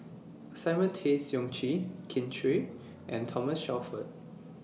Simon Tay Seong Chee Kin Chui and Thomas Shelford